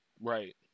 Right